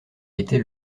était